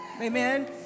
Amen